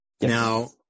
Now